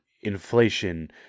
inflation